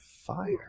fire